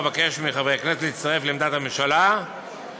אבקש מחברי הכנסת להצטרף לעמדת הממשלה ולהתנגד